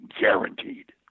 Guaranteed